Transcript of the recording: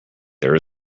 there